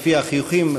לפי החיוכים,